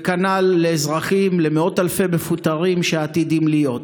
וכנ"ל לאזרחים, למאות אלפי מפוטרים שעתידים להיות.